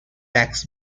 tax